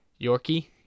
Yorkie